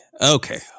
okay